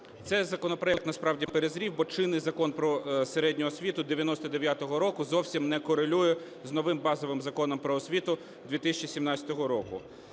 Цей законопроект насправді перезрів, бо чинний Закон про середню освіту 99-го року зовсім не корелює з новим базовим Законом "Про освіту" 2017 року.